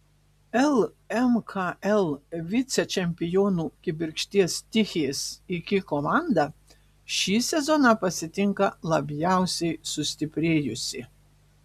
lmkl vicečempionių kibirkšties tichės iki komanda šį sezoną pasitinka labiausiai sustiprėjusi